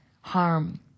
harm